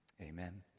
Amen